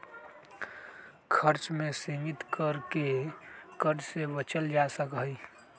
खर्च के सीमित कर के कर्ज से बचल जा सका हई